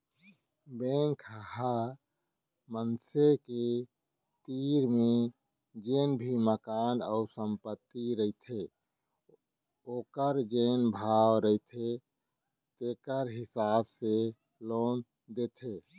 bank ह मनसे के तीर म जेन भी मकान अउ संपत्ति रहिथे ओखर जेन भाव रहिथे तेखर हिसाब ले लोन देथे